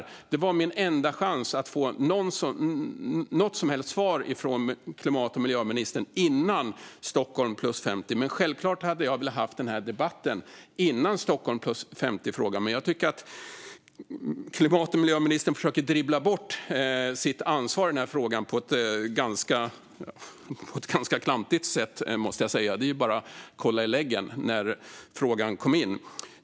Det var min enda chans att få något som helst svar från klimat och miljöministern innan Stockholm + 50. Självklart hade jag velat ha debatten innan Stockholm + 50-mötet. Jag tycker att klimat och miljöministern försöker dribbla bort sitt ansvar i frågan på ett klantigt sätt. Det är bara att kolla i loggen när frågan kom in.